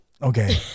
Okay